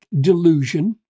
delusion